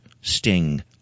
sting